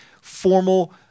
formal